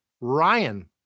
Ryan